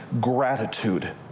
gratitude